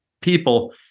people